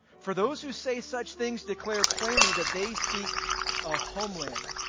for those who say such things declare plainly that they seek a homeland.